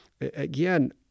Again